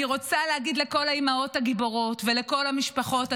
אני רוצה להגיד לכל האימהות הגיבורות ולכל המשפחות הגיבורות,